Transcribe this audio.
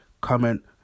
comment